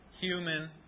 human